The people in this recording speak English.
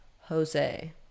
Jose